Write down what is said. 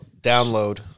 download